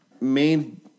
main